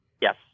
Yes